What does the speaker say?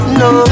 no